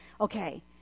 okay